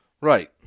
Right